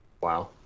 Wow